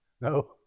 No